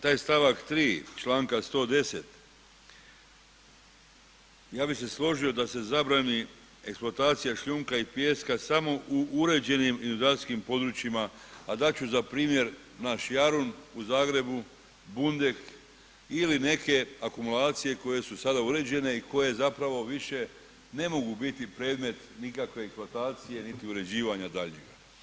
Taj stavak 3. članka 110., ja bi se složio da se zabrani eksploatacija šljunka i pijeska samo u uređenim inundacijskim područjima a dat ću za primjer naš Jarun u Zagrebu, Bundek ili neke akumulacije koje su sada uređene i koje zapravo više ne mogu biti predmet nikakve eksploatacije niti uređivanja daljnjeg.